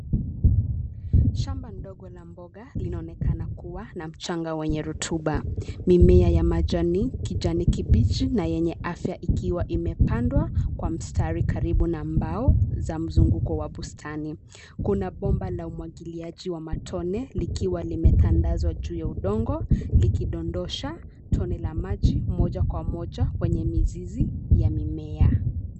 Shamba ndogo la mboga linaonekana kuwa na mchanga wenye rotuba. Mimea yenye majani kijani kibichi na yenye afya ikiwa imepandwa kwa mstari karibu na mbao za mzunguko wa bustani. Kuna bomba la umwagiliaji wa matone likiwa limetandazwa juu ya udongo likidondosha tone la maji moja kwa moja kwenye mizizi ya mimea.